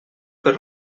per